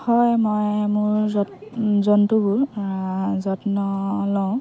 হয় মই মোৰ জন্তুবোৰ যত্ন লওঁ